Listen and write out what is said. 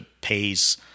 pays